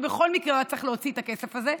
כשבכל מקרה הוא היה צריך להוציא את הכסף הזה,